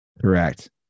Correct